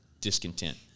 discontent